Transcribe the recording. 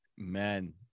Man